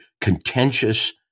contentious